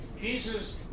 Jesus